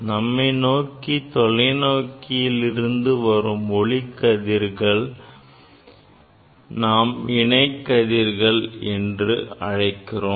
நம்மை நோக்கி தொலைதூரத்தில் இருந்து வரும் ஒளிக் கதிர்களை நாம் இணை கதிர்கள் என்று அழைக்கிறோம்